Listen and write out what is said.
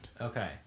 Okay